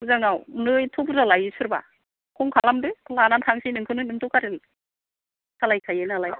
एथ' बुरजा लायो सोरबा खम खालामदो लानानै थांसै नोंखोनो नोंथ' गारि सालायखायो नालाय